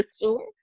sure